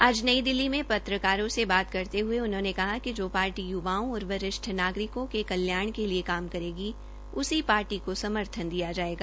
आज नई दिल्ली में पत्रकारों से बात करते हये उन्होंने कहा कि जो पार्टी य्वाओं और वरिष्ठ नागरिको के कल्याण के लिए काम करेगी उसी पार्टी को समर्थन दिया जायेगा